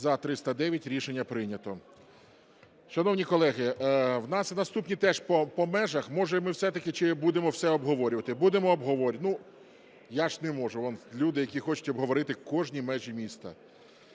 За-309 Рішення прийнято. Шановні колеги, у нас наступні теж по межах. Може ми все-таки… Чи будемо все обговорювати? Будемо обговорювати. (Шум у залі) Ну я ж не можу. Он люди, які хочуть обговорити кожні межі міста.